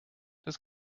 das